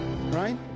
Right